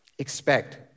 Expect